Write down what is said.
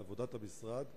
על עבודת המשרד,